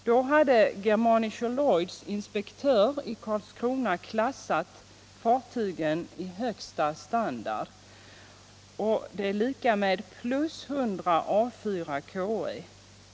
Då hade Germanischer Lloyds inspektör i Karlskrona klassat fartyget i högsta standard, dvs. + 100 A 4 KE.